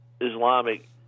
Islamic